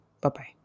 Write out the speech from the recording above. Bye-bye